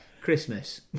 Christmas